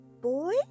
boy